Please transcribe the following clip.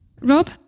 Rob